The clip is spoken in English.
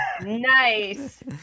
Nice